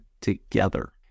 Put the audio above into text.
together